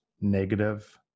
negative